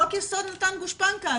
חוק יסוד נתן גושפנקא,